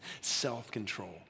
self-control